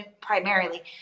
primarily